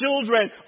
children